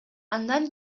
андан